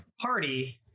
party